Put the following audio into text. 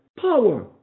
power